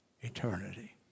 eternity